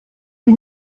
sie